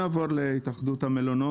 נעבור להתאחדות המלונות.